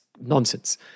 nonsense